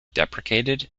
deprecated